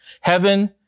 heaven